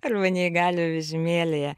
arba neįgaliojo vežimėlyje